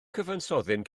cyfansoddyn